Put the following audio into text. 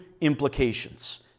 implications